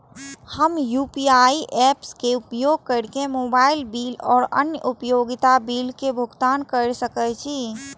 हम UPI apps के उपयोग केर के मोबाइल बिल और अन्य उपयोगिता बिल के भुगतान केर सके छी